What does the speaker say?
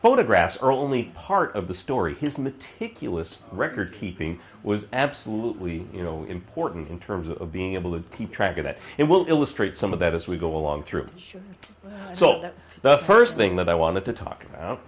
photographs are only part of the story his meticulous record keeping was absolutely you know important in terms of being able to keep track of that it will illustrate some of that as we go along through it so that the first thing that i wanted to talk about